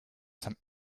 some